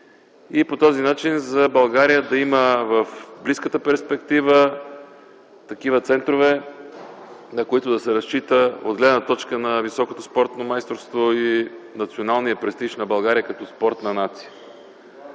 и по този начин за България да има в близката перспектива такива центрове, на които да се разчита от гледна точка на високото спортно майсторство и националния престиж на България като спортна нация.